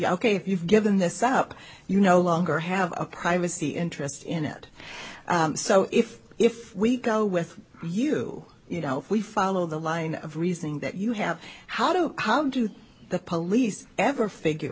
ok you've given this up you no longer have a privacy interest in it so if if we go with you you know if we follow the line of reasoning that you have how do how do the police ever figure